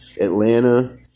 Atlanta